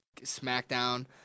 SmackDown